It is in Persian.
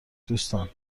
دوستان